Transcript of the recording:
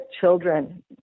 children